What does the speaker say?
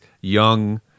young